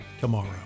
tomorrow